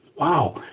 wow